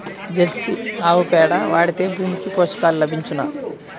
Jersey ఆవు పేడ వాడితే భూమికి పోషకాలు లభించునా?